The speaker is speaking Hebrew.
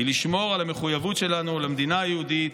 זה לשמור על המחויבות שלנו למדינה היהודית,